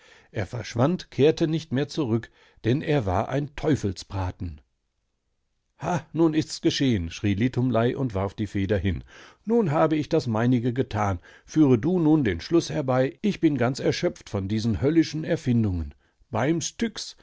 er verschwand kehrte nicht mehr zurück denn er war ein teufelsbraten ha nun ist's geschehen schrie litumlei und warf die feder hin nun habe ich das meinige getan führe du nun den schluß herbei ich bin ganz erschöpft von diesen höllischen erfindungen beim